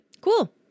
Cool